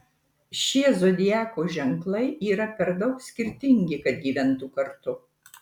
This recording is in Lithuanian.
šie zodiako ženklai yra per daug skirtingi kad gyventų kartu